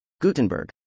Gutenberg